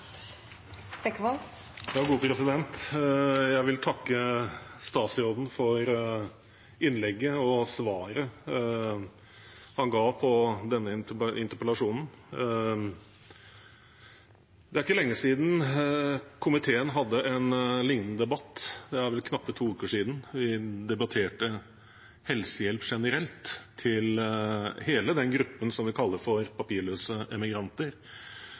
ikke lenge siden komiteen hadde en lignende debatt. Det er vel knappe to uker siden vi debatterte helsehjelp generelt til hele den gruppen vi kaller for papirløse